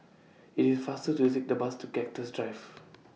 IT IS faster to Take The Bus to Cactus Drive